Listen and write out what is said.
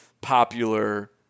popular